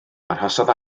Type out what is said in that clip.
arhosodd